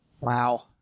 Wow